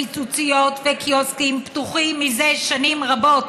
פיצוציות וקיוסקים פתוחים זה שנים רבות,